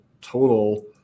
total